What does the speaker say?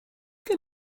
can